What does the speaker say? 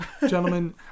gentlemen